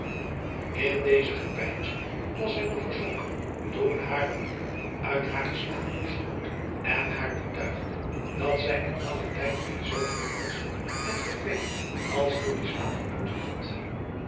in deze gepeinzen was zij nog verzonken toen hare moeder uit haren slaap opschoot en haar betuigde dat zij in langen tijd niet zoo veel rust en verkwikking als door dien slaap genoten had